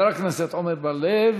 מס' 5806. חבר הכנסת עמר בר-לב,